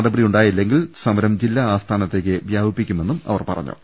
നടപടിയുണ്ടായില്ലെങ്കിൽ സമരം ജില്ലാ ആസ്ഥാനത്തേക്ക് വ്യാപിപ്പിക്കുമെന്നും അവർ പറഞ്ഞു